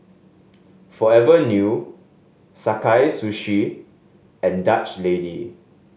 Forever New Sakae Sushi and Dutch Lady